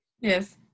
Yes